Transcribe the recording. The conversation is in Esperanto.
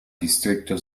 distrikto